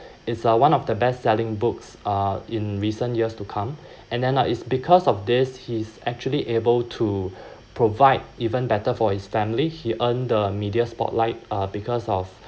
it's uh one of the best selling books uh in recent years to come and then uh it's because of this he's actually able to provide even better for his family he earn the media spotlight uh because of